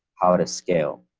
how to scale,